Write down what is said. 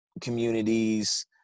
communities